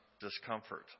discomfort